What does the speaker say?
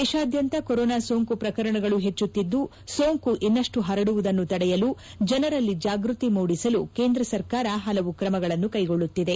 ದೇಶಾದ್ಯಂತ ಕೊರೊನಾ ಸೋಂಕು ಪ್ರಕರಣಗಳು ಹೆಚ್ಚುತ್ತಿದ್ದು ಸೋಂಕು ಇನ್ನಷ್ಟು ಹರಡುವುದನ್ನು ತಡೆಯಲು ಜನರಲ್ಲಿ ಜಾಗೃತಿ ಮೂಡಿಸಲು ಕೇಂದ್ರ ಸರ್ಕಾರ ಪಲವು ಕ್ರಮಗಳನ್ನು ಕೈಗೊಳ್ಳುತ್ತಿದೆ